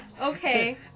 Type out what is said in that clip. Okay